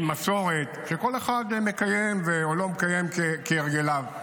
עם מסורת, שכל אחד מקיים או לא מקיים, כהרגליו.